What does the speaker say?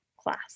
class